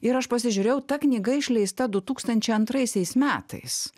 ir aš pasižiūrėjau ta knyga išleista du tūkstančiai antraisiais metais